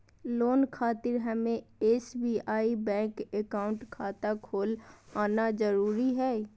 Loan खातिर हमें SBI bank account खाता खोल आना जरूरी है?